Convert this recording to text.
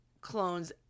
clone's